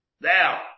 Now